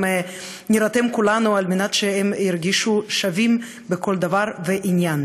נירתם כולנו כדי שהם ירגישו שווים בכל דבר ועניין.